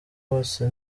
bose